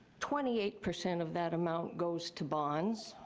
twenty eight percent of that amount goes to bonds.